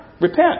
Repent